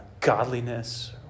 godliness